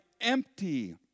empty